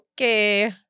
okay